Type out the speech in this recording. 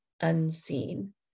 unseen